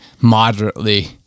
moderately